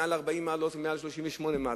מעל 40 מעלות ומעל 38 מעלות,